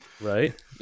Right